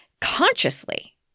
consciously